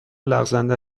لغزنده